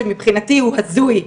שלדעתי הוא הזוי,